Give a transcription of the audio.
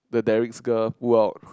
the directs girl pull out